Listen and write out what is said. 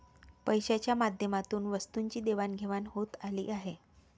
पैशाच्या माध्यमातून वस्तूंची देवाणघेवाण होत आली आहे